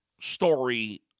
story